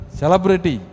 celebrity